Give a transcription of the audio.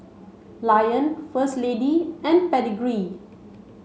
Lion First Lady and Pedigree